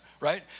right